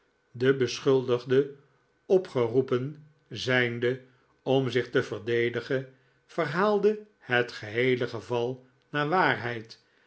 de beschuldigde opgeroepen zijnde om zich te verdedigen verhaalde het geheele geval naar waarheid